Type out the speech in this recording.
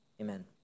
Amen